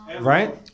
Right